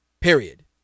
period